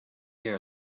year